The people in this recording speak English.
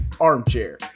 armchair